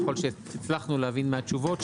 ככל שהצלחנו להבין מהתשובות,